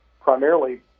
primarily